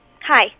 Hi